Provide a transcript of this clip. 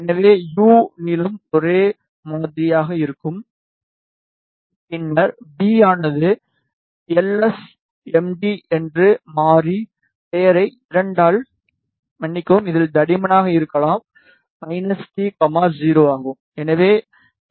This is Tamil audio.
எனவே யு நீளம் ஒரே மாதிரியாக இருக்கும் பின்னர் வி ஆனது எல் எஸ் எம் டி என்ற மாறி பெயரை 2 ஆல் மன்னிக்கவும் இதில் தடிமனாக இருக்கலாம் t 0 ஆம்